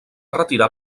retirar